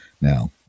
now